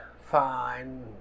fine